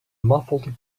muffled